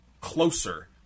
closer